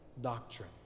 doctrine